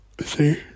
see